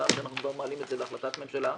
כשאנחנו מעלים את זה להחלטת ממשלה,